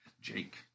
Jake